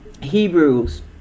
hebrews